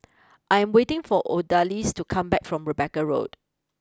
I am waiting for Odalys to come back from Rebecca Road